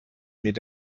mit